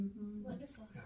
Wonderful